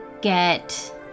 get